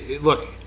Look